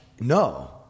no